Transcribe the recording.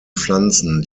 pflanzen